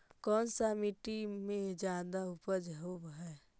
कोन सा मिट्टी मे ज्यादा उपज होबहय?